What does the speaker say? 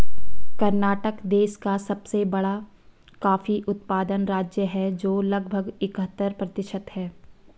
कर्नाटक देश का सबसे बड़ा कॉफी उत्पादन राज्य है, जो लगभग इकहत्तर प्रतिशत है